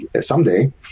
someday